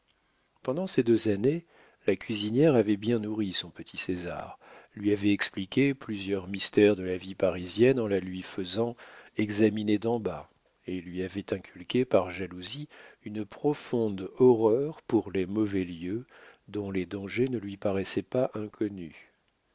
pendant ces deux années la cuisinière avait bien nourri son petit césar lui avait expliqué plusieurs mystères de la vie parisienne en la lui faisant examiner d'en bas et lui avait inculqué par jalousie une profonde horreur pour les mauvais lieux dont les dangers ne lui paraissaient pas inconnus